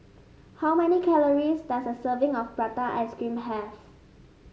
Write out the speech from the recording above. how many calories does a serving of Prata Ice Cream have